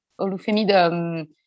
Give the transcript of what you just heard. Olufemi